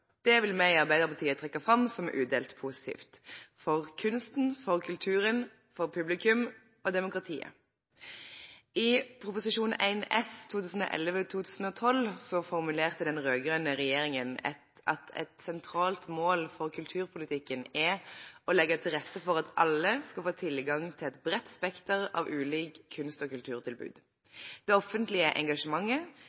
Det vil vi i Arbeiderpartiet trekke fram som udelt positivt – for kunsten, kulturen, publikum og demokratiet. I Prop. 1 S for 2013–2014 formulerte den rød-grønne regjeringen at et sentralt mål for kulturpolitikken er å legge til rette for at alle skal få tilgang til et bredt spekter av ulike kunst- og kulturtilbud.